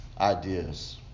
ideas